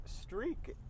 streak